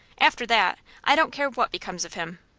after that i don't care what becomes of him.